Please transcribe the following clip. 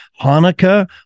Hanukkah